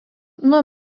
nuo